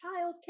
childcare